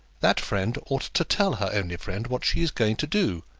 that friend ought to tell her only friend what she is going to do,